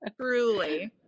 truly